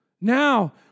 Now